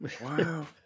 Wow